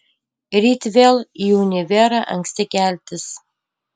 ryt vėl į univerą anksti keltis